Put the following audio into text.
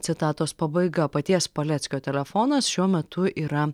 citatos pabaiga paties paleckio telefonas šiuo metu yra